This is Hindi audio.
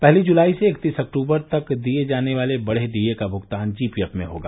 पहली जुलाई से इक्तीस अक्टूबर तक दिये जाने वाले बढ़े डीए का भुगतान जीपीएफ में होगा